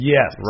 Yes